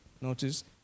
notice